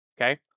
Okay